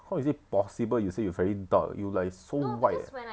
how is it possible you say you very dark you like so white eh